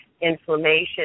inflammation